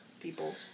people